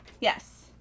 Yes